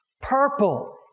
purple